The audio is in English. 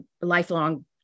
lifelong